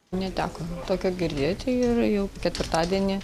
neteko tokio girdėti ir jau ketvirtadienį